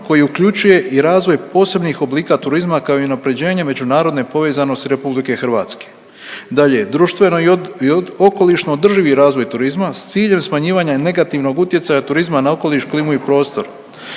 koji uključuje i razvoj posebnih oblika turizma kao i unapređenje međunarodne povezanosti RH. Dalje, društveno i okolišno održivi razvoj turizma s ciljem smanjivanja negativnog utjecaja turizma na okoliš, klimu i prostor,